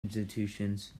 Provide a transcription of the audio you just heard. institutions